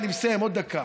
אני מסיים עוד דקה.